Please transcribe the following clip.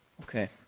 Okay